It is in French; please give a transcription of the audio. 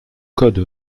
code